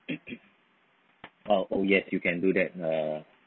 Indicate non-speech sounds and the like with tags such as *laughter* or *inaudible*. *coughs* ah oh yes you can do that uh